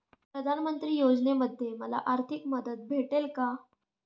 प्रधानमंत्री योजनेमध्ये मला आर्थिक मदत भेटेल का?